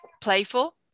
playful